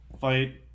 fight